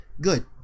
good